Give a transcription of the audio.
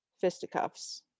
fisticuffs